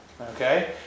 Okay